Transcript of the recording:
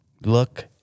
look